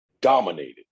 dominated